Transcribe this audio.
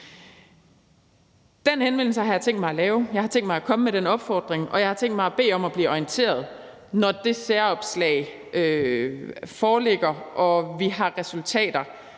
Den henvendelse har jeg tænkt mig at lave, jeg har tænkt mig at komme med den opfordring, og jeg har tænkt mig at bede om at blive orienteret, når det særopslag foreligger og vi har resultater